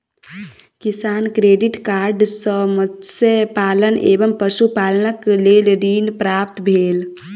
किसान credit card सॅ मत्स्य पालन एवं पशुपालनक लेल ऋण प्राप्त भेल